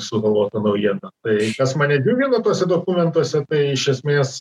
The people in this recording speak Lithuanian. sugalvota naujiena tai kas mane džiugino tuose dokumentuose tai iš esmės